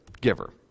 giver